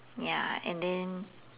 ya and then